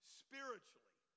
spiritually